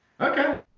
Okay